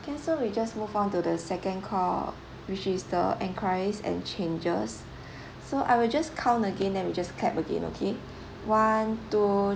can so we just move on to the second call which is the enquiries and changes so I will just count again then we just clap again okay one two